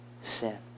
sin